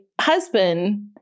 husband